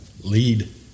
lead